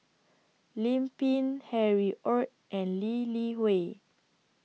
Lim Pin Harry ORD and Lee Li Hui